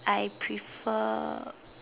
I prefer